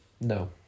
No